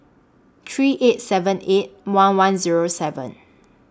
three eight seven eight one one Zero seven